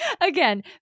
again